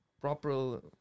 proper